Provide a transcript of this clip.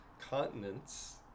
continents